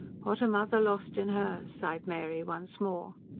what a mother lost in her! sighed mary once more.